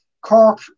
Cork